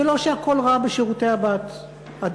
זה לא שהכול רע בשירותי הדת,